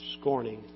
scorning